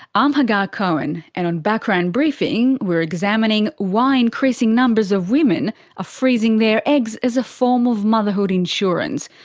um hagar cohen, and on background briefing we're examining why increasing numbers of women are ah freezing their eggs as a form of motherhood insurance.